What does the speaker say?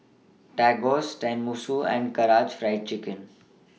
Tacos Tenmusu and Karaage Fried Chicken